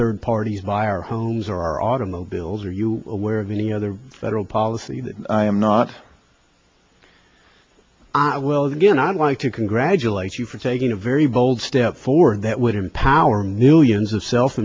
enviro homes our automobiles are you aware of any other federal policy that i am not i will again i'd like to congratulate you for taking a very bold step forward that would empower millions of self